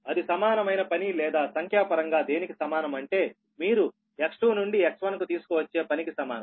అది సమానమైన పని లేదా సంఖ్యాపరంగా దేనికి సమానం అంటే మీరు X2 నుండి X1 కు తీసుకువచ్చే పనికి సమానం